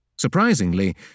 Surprisingly